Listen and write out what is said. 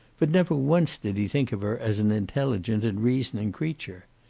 but never once did he think of her as an intelligent and reasoning creature.